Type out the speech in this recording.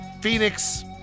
Phoenix